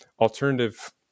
alternative